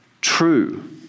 true